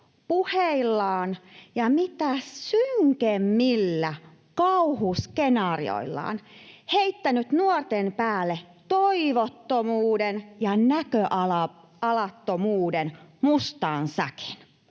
puheillaan ja mitä synkimmillä kauhuskenaarioillaan heittänyt nuorten päälle toivottomuuden ja näköalattomuuden mustan säkin.